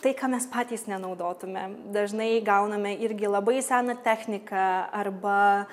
tai ką mes patys nenaudotumėm dažnai gauname irgi labai seną techniką arba